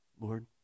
Lord